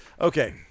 Okay